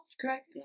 correct